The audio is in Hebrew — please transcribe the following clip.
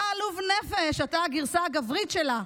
אתה עלוב נפש, אתה הגרסה הגברית שלה.